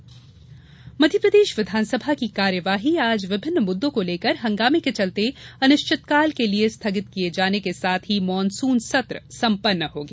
विघानसभा स्थगित मध्यप्रदेश विधानसभा की कार्यवाही आज विभिन्न मुद्दों को लेकर हंगामे के चलते अनिश्चितकाल के लिए स्थगित किए जाने के साथ ही मानसून सत्र संपन्न हो गया